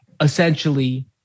essentially